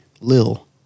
Lil